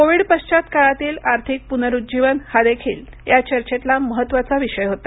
Covid पश्वात काळातील आर्थिक पुनरुज्जीवन हा देखील या चर्चेतला महत्त्वाचा विषय होता